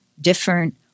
different